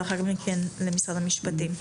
ולאחר מכן למשרד המשפטים.